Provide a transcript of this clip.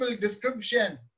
description